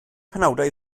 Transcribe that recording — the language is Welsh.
penawdau